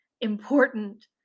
important